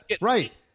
Right